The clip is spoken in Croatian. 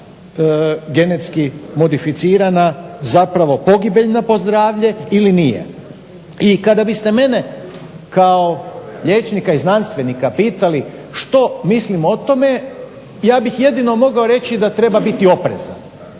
ta pitanja. Jeli hrana GMO-a pogibeljna po zdravlje ili nije? I kada biste mene kao liječnika i znanstvenika pitali što mislim o tome, ja bih jedino mogao reći da treba biti oprezan